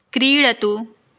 क्रीडतु